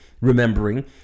Remembering